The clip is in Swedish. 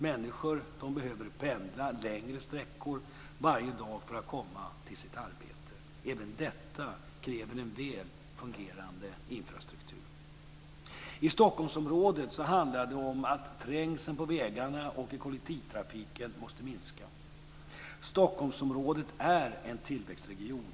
Människor behöver pendla längre sträckor varje dag för att komma till sitt arbete. Även detta kräver en väl fungerande infrastruktur. I Stockholmsområdet handlar det om att trängseln på vägarna och i kollektivtrafiken måste minska. Stockholmsområdet är en tillväxtregion.